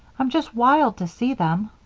i'm just wild to see them!